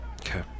Okay